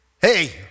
Hey